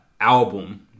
album